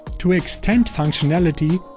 to extend functionality,